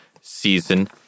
season